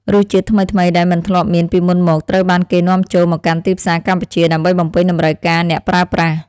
រសជាតិថ្មីៗដែលមិនធ្លាប់មានពីមុនមកត្រូវបានគេនាំចូលមកកាន់ទីផ្សារកម្ពុជាដើម្បីបំពេញតម្រូវការអ្នកប្រើប្រាស់។